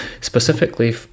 specifically